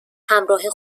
همراه